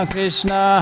Krishna